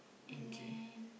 and then